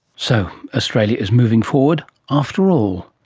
so, australia is moving forward after all.